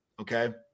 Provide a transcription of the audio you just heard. okay